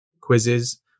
quizzes